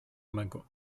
mego